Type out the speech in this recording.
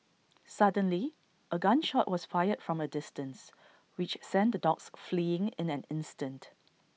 suddenly A gun shot was fired from A distance which sent the dogs fleeing in an instant